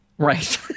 Right